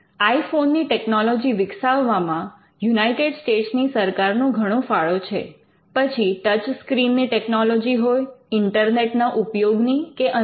I phone ની technology વિકસાવવામાં United States ની સરકાર નો ઘણો ફાળો છે પછી ટચ સ્ક્રીન ની ટેકનોલોજી હોય ઈન્ટરનેટ ના ઉપયોગની કે અન્ય